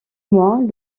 mois